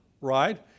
right